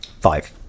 Five